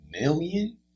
million